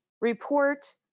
Report